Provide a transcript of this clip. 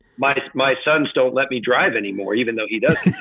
my my sons don't let me drive anymore, even though he does